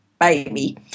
baby